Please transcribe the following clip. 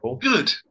good